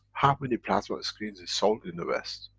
how many plasma screens is sold in the west?